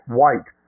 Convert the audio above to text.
white